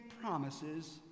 promises